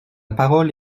parole